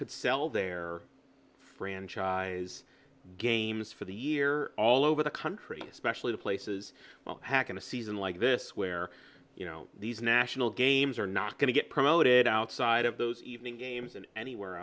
could sell their franchise games for the year all over the country especially places in a season like this where you know these national games are not going to get promoted outside of those evening games and anywhere